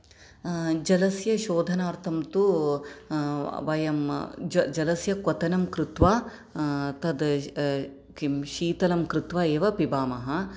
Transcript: जलस्य शोधनार्थं तु वयं जलस्य क्वथनं कृत्वा तद् किं शीतलं कृत्वा एव पिबामः